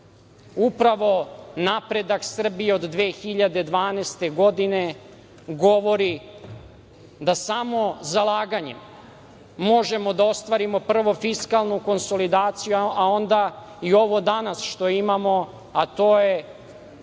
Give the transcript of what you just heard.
Upravo napredak Srbije od 2012. godine govori da samo zalaganjem možemo da ostvarimo, prvo, fiskalnu konsolidaciju, a onda i ovo danas što imamo, a to je